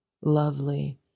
lovely